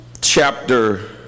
chapter